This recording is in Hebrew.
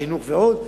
חינוך ועוד,